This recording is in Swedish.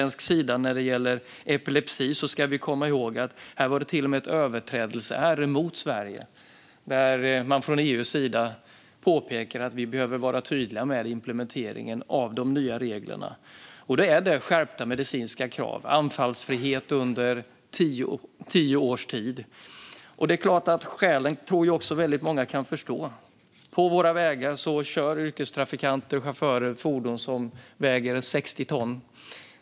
När det gäller epilepsi ska vi komma ihåg att det till och med var ett överträdelseärende mot Sverige där man från EU:s sida påpekade att vi behöver vara tydliga med implementeringen av de nya reglerna, vilket handlar om skärpta medicinska krav: anfallsfrihet under tio års tid. Det skälet tror jag att väldigt många kan förstå. På våra vägar kör yrkestrafikanter och chaufförer fordon som väger 60 ton.